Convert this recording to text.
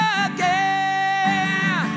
again